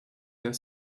their